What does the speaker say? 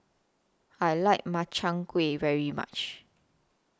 I like Makchang Gui very much